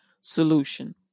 solution